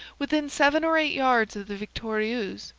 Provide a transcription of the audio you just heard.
within seven or eight yards of the victorieuse,